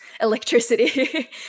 electricity